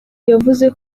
yavuze